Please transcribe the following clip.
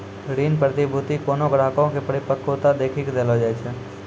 ऋण प्रतिभूती कोनो ग्राहको के परिपक्वता देखी के देलो जाय छै